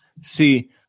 See